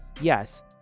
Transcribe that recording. yes